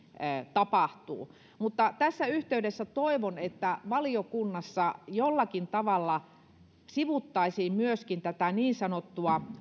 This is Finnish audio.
tapahtuu mutta tässä yhteydessä toivon että valiokunnassa jollakin tavalla sivuttaisiin myöskin tätä niin sanottua